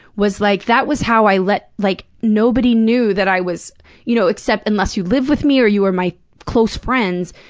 was like, that was how i let like, nobody knew that i was you know except unless you live with me or you were my close friends.